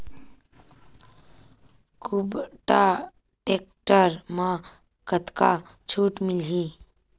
कुबटा टेक्टर म कतका छूट मिलही?